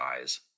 eyes